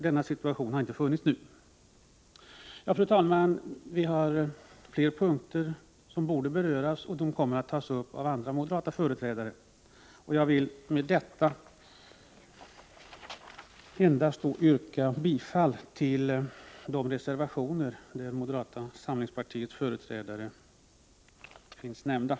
Denna situation har nu inte varit för handen. Fru talman! Det är flera punkter som borde beröras. De kommer att tas upp av andra moderata företrädare. Jag vill med detta yrka bifall till de reservationer som företrädare för moderata samlingspartiet har undertecknat.